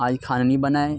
آج کھانا نہیں بنا ہے